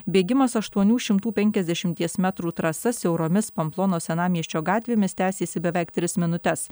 bėgimas aštuonių šimtų penkiasdešimties metrų trasa siauromis pomplonos senamiesčio gatvėmis tęsėsi beveik tris minutes